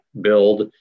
build